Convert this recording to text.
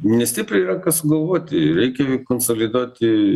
nestipriai yra ką sugalvoti reikia konsoliduoti